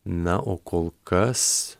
na o kol kas